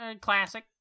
classic